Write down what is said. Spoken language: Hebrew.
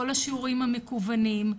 כל השיעורים המקוונים.